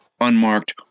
unmarked